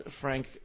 Frank